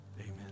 amen